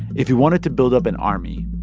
if you wanted to build up an army,